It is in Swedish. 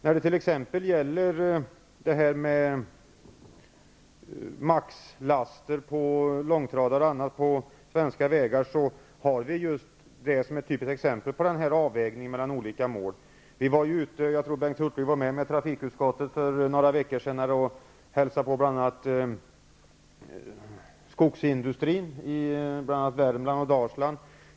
Ett typiskt exempel på avvägning mellan olika mål utgör detta med maxlaster på långtradare som kör på svenska vägar. Vi i trafikutskottet -- jag tror att också Bengt Hurtig var med -- besökte skogsindustrin i bl.a. Värmland och Dalsland.